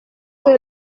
que